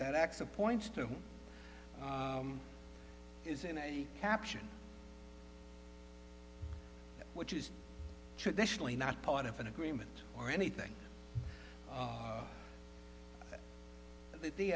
that axa points to is in a caption which is traditionally not part of an agreement or anything that the